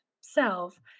self